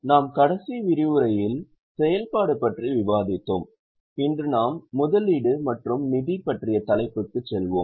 நாம் கடைசி விரிவுரையில் செயல்பாடு பற்றி விவாதித்தோம் இன்று நாம் முதலீடு மற்றும் நிதி பற்றிய தலைப்புக்கு செல்வோம்